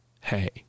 Hey